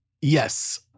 Yes